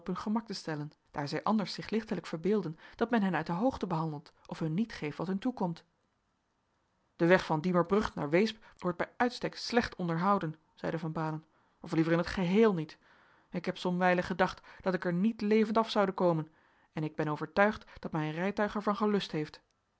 gemak te stellen daar zij anders zich lichtelijk verbeelden dat men hen uit de hoogte behandelt of hun niet geeft wat hun toekomt de weg van diemerbrug naar weesp wordt bij uitstek slecht onderhouden zeide van baalen of liever in t geheel niet ik heb somwijlen gedacht dat ik er niet levend af zoude komen en ik hen overtuigd dat mijn rijtuig er van gelust heeft